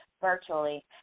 virtually